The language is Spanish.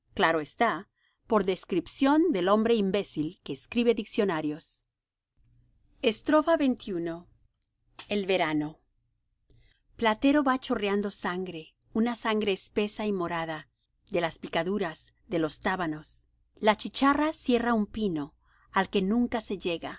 claro está por descripción del hombre imbécil que escribe diccionarios i xxi el verano platero va chorreando sangre una sangre espesa y morada de las picaduras de los tábanos la chicharra sierra un pino al que nunca se llega